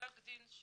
בספק דין שאנחנו,